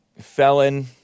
felon